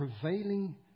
prevailing